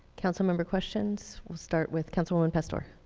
councilmember, questions? we'll start with councilwoman pastor.